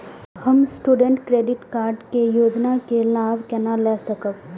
हम student credit card के योजना के लाभ केना लय सकब?